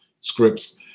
scripts